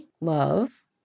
love